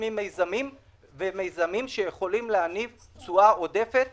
חוסמת מיזמים שיכולים להניב תשואה עודפת